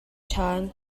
ṭhan